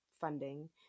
funding